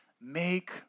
make